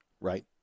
Right